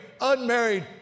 unmarried